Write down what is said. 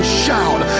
shout